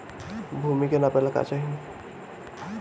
भूमि के नापेला का चाही?